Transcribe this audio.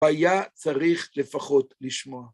‫היה צריך לפחות לשמוע.